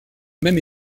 même